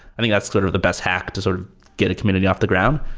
i think that's sort of the best hack to sort of get a community off the ground.